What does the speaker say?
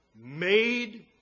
made